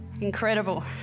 Incredible